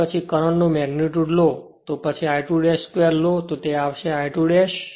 અને પછી કરંટ નો મેગ્નીટુડ લો અને પછી I2 2 લો તો તે આવશે I2 2 b Thevenin 2